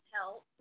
help